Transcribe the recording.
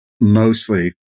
mostly